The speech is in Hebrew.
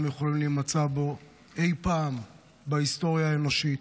יכולים להימצא בו אי-פעם בהיסטוריה האנושית,